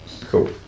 Cool